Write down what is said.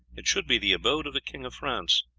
it should be the abode of the king of france,